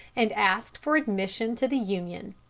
and asked for admission to the union.